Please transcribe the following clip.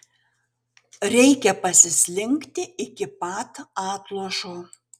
reikia pasislinkti iki pat atlošo